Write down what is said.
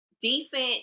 decent